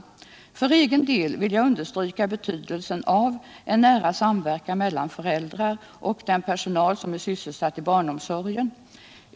För egen del vill jag understryka betydelsen av en nära samverkan mellan föräldrar och den personal som är sysselsatt i barnomsorgen.